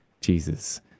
Jesus